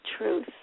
truth